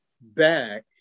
back